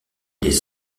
des